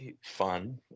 fun